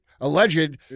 alleged